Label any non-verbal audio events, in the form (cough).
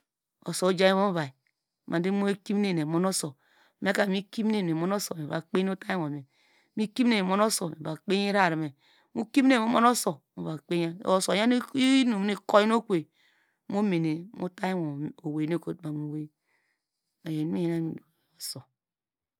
Uso ojan ivom ovai madu imo ekimine emon uso, meka mikimine mi (unintelligible) vakpene utamwome mikimine mimon uso miva kpei irarame ukimenen mu mon uso muva kpenya, uso oyan inum nu ikoyinokove momene moutany wo uwei nu ekotuma mu owei iyor inum nu miyan okome duko mu iwin osu.